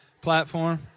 platform